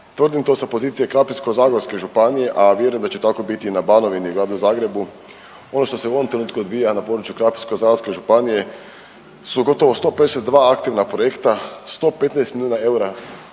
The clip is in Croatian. Tvrdim to sa pozicije Krapinsko-zagorske županije, a vjerujem da će tako biti i na Banovini i Gradu Zagrebu. Ono što se u ovom trenutku odvija na području Krapinsko-zagorske županije su gotovo 152 aktivna projekta, 115 milijuna eura